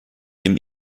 dem